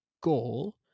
goal